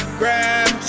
grab